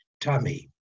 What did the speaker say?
tummy